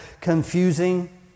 confusing